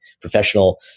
professional